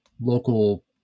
local